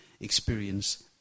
experience